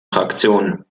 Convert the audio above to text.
fraktionen